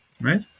right